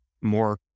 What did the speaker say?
more